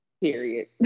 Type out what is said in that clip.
period